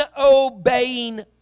obeying